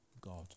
God